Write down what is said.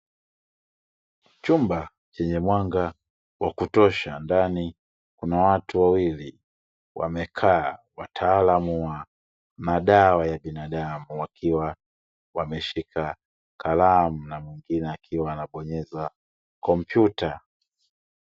Chumba chenye mwanga wa kutosha ndani kuna watu wawili, wamekaa watalamu wamadawa ya binadamu wakiwa wameshika kalamu na mwingine akiwa anabonyeza komputa.